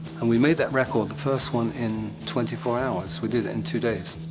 and we made that record, the first one in twenty four hours. we did it in two days.